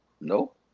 No